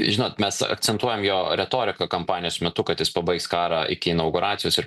žinot mes akcentuojam jo retoriką kampanijos metu kad jis pabaigs karą iki inauguracijos ir